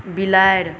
बिलाड़ि